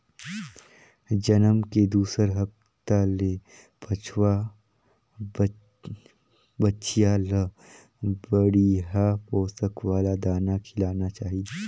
जनम के दूसर हप्ता ले बछवा, बछिया ल बड़िहा पोसक वाला दाना खिलाना चाही